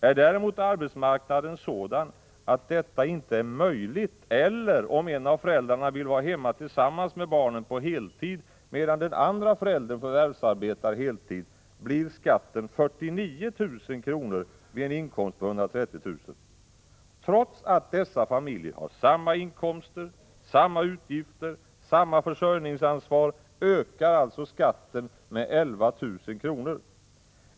Är däremot arbetsmarknaden sådan att detta ej är möjligt eller om en av föräldrarna vill vara hemma tillsammans med barnen på heltid medan den andra föräldern förvärvsarbetar på heltid blir skatten 49 000 kr. vid en inkomst på 130 000 kr. Trots att dessa familjer har samma inkomster, samma utgifter, samma försörjningsansvar ökar alltså skatten med 11 000 kr.